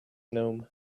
gnome